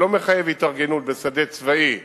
שלא מחייב התארגנות בשדה צבאי,